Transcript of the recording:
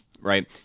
right